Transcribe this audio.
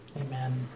Amen